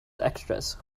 extras